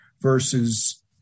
versus